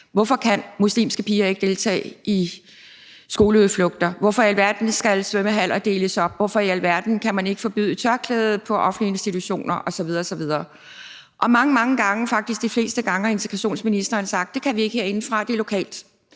hvorfor muslimske piger ikke kan deltage i skoleudflugter, om, hvorfor i alverden svømmehaller skal deles op, om, hvorfor i alverden man ikke kan forbyde tørklæde i offentlige institutioner, osv. osv. – og mange, mange gange, faktisk de fleste gange, har udlændinge- og integrationsministeren sagt, at det kan vi ikke herindefra; det er lokalt.